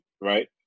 right